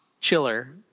Chiller